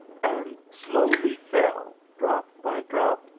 and slowly fell, drop by drop,